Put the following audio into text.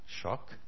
Shock